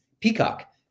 Peacock